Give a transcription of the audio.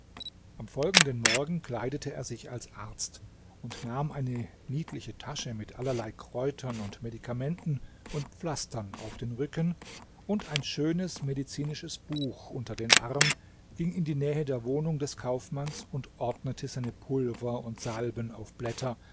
am folgenden morgen kleidete er sich als arzt und nahm eine niedliche tasche mit allerlei kräutern und medikamenten und pflastern auf den rücken und ein schönes medizinisches buch unter den arm ging in die nähe der wohnung des kaufmanns und ordnete seine pulver und salben auf blätter